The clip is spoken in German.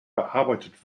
bearbeitet